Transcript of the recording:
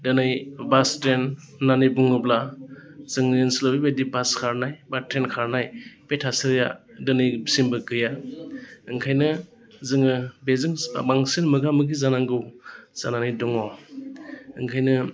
दिनै bus stand होननानै बुङोब्ला जोंनि ओनसोलाव बेबायदि बास खारनाय बा ट्रेन खारनाय बे थासारिया दिनैसिमबो गैया ओंखायनो जोङो बेजों बांसिन मोगा मोगि जानांगौ जानानै दङ ओंखायनो